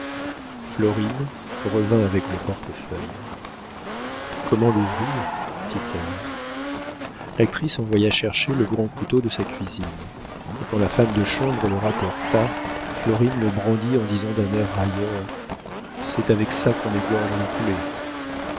florine revint avec le portefeuille comment l'ouvrir dit-elle l'actrice envoya chercher le grand couteau de sa cuisinière et quand la femme de chambre le rapporta florine le brandit en disant d'un air railleur c'est avec ça qu'on égorge les poulets